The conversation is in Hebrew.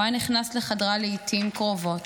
הוא היה נכנס לחדרה לעיתים קרובות